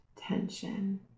tension